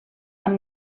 amb